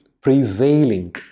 prevailing